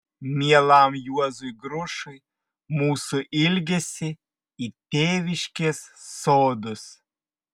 mielam juozui grušui mūsų ilgesį į tėviškės sodus